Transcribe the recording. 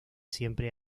siempre